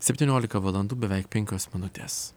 septyniolika valandų beveik penkios minutes